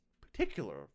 particular